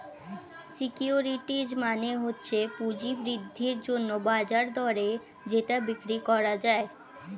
securities মানে হচ্ছে পুঁজি বৃদ্ধির জন্যে বাজার দরে যেটা বিক্রি করা যায়